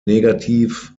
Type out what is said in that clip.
negativ